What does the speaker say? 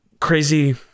crazy